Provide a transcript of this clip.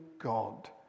God